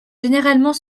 généralement